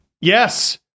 yes